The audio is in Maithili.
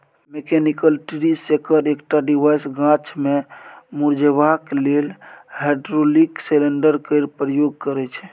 मैकेनिकल ट्री सेकर एकटा डिवाइस गाछ केँ मुरझेबाक लेल हाइड्रोलिक सिलेंडर केर प्रयोग करय छै